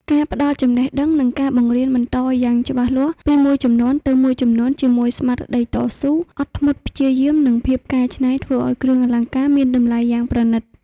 ការផ្តល់ចំណេះដឹង និងការបង្រៀនបន្តយ៉ាងច្បាស់លាស់ពីមួយជំនាន់ទៅមួយជំនាន់ជាមួយស្មារតីតស៊ូ អត់ធ្មត់ ព្យាយាម និងភាពកែច្នៃធ្វើឲ្យគ្រឿងលអង្ការមានតម្លៃយ៉ាងប្រណិត។